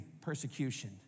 persecution